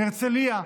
"הרצליה"